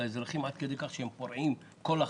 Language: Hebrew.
לאזרחים עד כדי כך שהם פורעים כל החלטה.